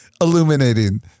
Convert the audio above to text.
illuminating